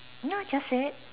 ya just said